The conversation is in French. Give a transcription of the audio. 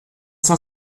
cent